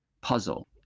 puzzle